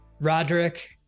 Roderick